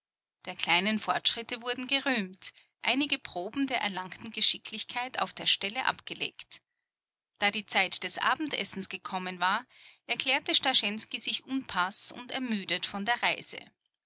der kleinen fortschritte wurden gerühmt einige proben der erlangten geschicklichkeit auf der stelle abgelegt da die zeit des abendessens gekommen war erklärte starschensky sich unpaß und ermüdet von der reise